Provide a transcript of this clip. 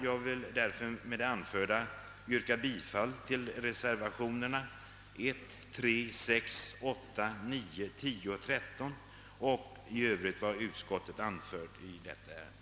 Jag vill därför med det anförda yrka bifall till reservationerna 1, 3, 6, 8, 9, 10 och 13 a och i övrigt till vad utskottet anfört i detta ärende.